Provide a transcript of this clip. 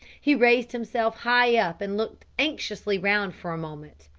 he raised himself high up and looked anxiously round for a moment.